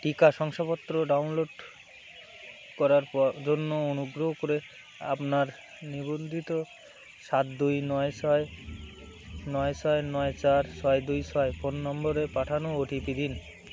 টিকা শংসাপত্র ডাউনলোড করার জন্য অনুগ্রহ করে আপনার নিবন্ধিত সাত দুই নয় ছয় নয় ছয় নয় চার ছয় দুই ছয় ফোন নম্বরে পাঠানো ওটিপি দিন